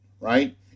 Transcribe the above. right